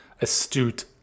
astute